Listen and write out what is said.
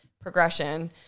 progression